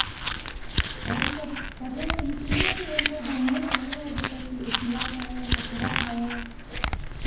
phone करे करे हैं इसलिए कि हमको घूमने जाना है जैसे कि ये किला है मथुरा है